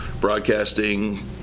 broadcasting